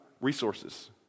resources